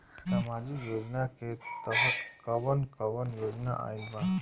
सामाजिक योजना के तहत कवन कवन योजना आइल बा?